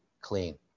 clean